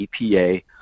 EPA